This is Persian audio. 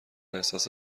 احساس